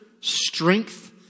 strength